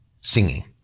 Singing